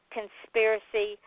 Conspiracy